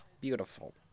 beautiful